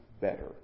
better